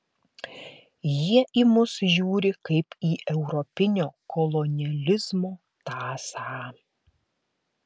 jie į mus žiūri kaip į europinio kolonializmo tąsą